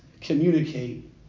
communicate